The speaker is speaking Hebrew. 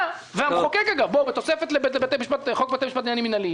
שהמחוקק אגב בתוספת לחוק בתי משפט לעניינים מינהליים